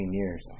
years